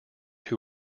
who